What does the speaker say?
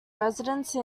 residence